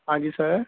ਹਾਂਜੀ ਸਰ